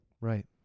right